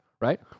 right